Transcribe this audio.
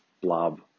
blob